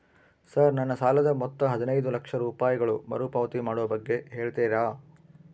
Sir ನನ್ನ ಸಾಲದ ಮೊತ್ತ ಹದಿನೈದು ಲಕ್ಷ ರೂಪಾಯಿಗಳು ಮರುಪಾವತಿ ಮಾಡುವ ಬಗ್ಗೆ ಹೇಳ್ತೇರಾ?